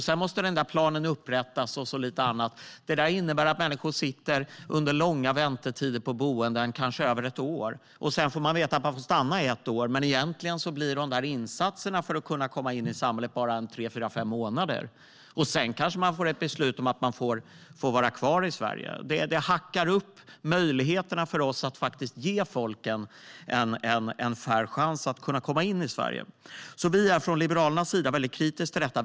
Sedan måste den där planen upprättas och lite annat. Det innebär att människor sitter på boenden under långa väntetider, kanske över ett år. Sedan får de veta att de får stanna i ett år, men insatserna för att de ska kunna komma in i samhället blir bara en tre fyra fem månader långa. Och sedan kanske de får ett beslut om att de får vara kvar i Sverige. Det hackar upp möjligheterna för oss att ge folk en fair chance att komma in i Sverige. Från Liberalernas sida är vi väldigt kritiska till detta.